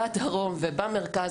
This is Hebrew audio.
בדרום ובמרכז,